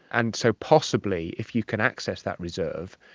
and so possibly if you can access that reserve,